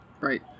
Right